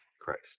Christ